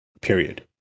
Period